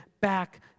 back